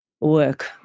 work